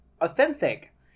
authentic